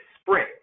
spring